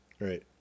Right